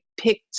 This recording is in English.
picked